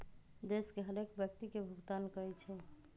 देश के हरेक व्यक्ति के भुगतान करइ छइ